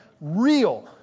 real